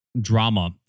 drama